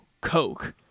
coke